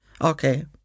Okay